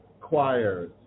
choirs